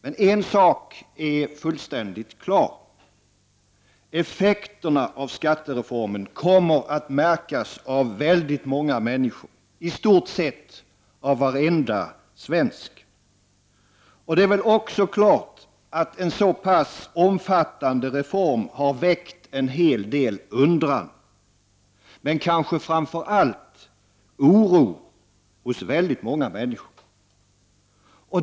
Men en sak är fullständigt klar: effekterna av skattereformen kommer att märkas av många människor — i stort sett av varenda svensk. Det är också klart att en så pass omfattande reform har väckt en hel del undran, men kanske framför allt oro hos väldigt många människor.